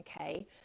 Okay